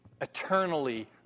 eternally